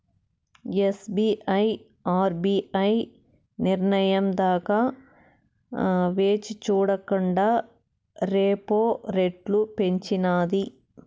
SBI RBI నిర్నయం దాకా వేచిచూడకండా రెపో రెట్లు పెంచినాది